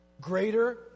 Greater